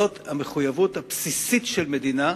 זאת המחויבות הבסיסית של מדינה,